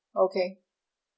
okay